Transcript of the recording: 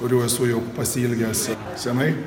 kurių esu jau pasiilgęs senai